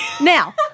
Now